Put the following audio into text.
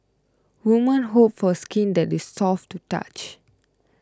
women hope for skin that is soft to the touch